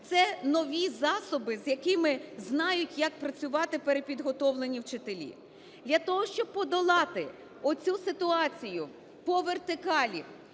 це нові засоби, з якими знають, як працювати перепідготовлені вчителі. Для того, щоб подолати оцю ситуацію по вертикалі,